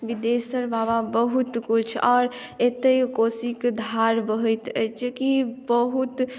विदेशर बाबा बहुत कुछ आओर एतै कोशीक धार बहैत अछि जे की बहुत